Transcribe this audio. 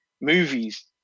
movies